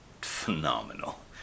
phenomenal